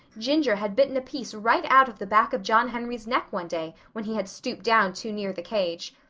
ginger had bitten a piece right out of the back of john henry's neck one day when he had stooped down too near the cage.